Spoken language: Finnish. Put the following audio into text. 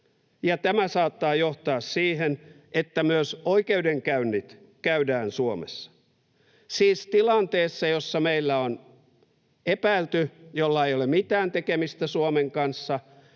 tämä saattaa johtaa siihen, että myös oikeudenkäynnit käydään Suomessa, siis tilanteessa, jossa meillä on epäilty, jolla ei ole mitään tekemistä Suomen kanssa.